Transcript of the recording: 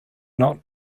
not